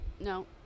No